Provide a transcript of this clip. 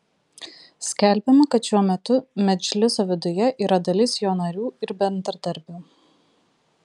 skelbiama kad šiuo metu medžliso viduje yra dalis jo narių ir bendradarbių